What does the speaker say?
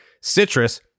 citrus